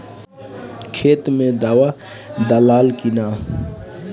खेत मे दावा दालाल कि न?